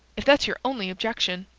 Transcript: if that's your only objection.